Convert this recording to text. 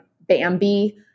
Bambi